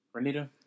Renita